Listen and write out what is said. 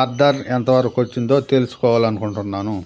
order ఎంతవరకొచ్చిందో తెలుసుకోవాలనుకుంటున్నాను